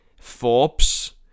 Forbes